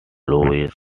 louis